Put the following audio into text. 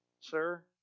sir